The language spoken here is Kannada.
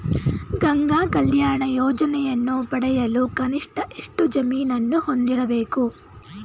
ಗಂಗಾ ಕಲ್ಯಾಣ ಯೋಜನೆಯನ್ನು ಪಡೆಯಲು ಕನಿಷ್ಠ ಎಷ್ಟು ಜಮೀನನ್ನು ಹೊಂದಿರಬೇಕು?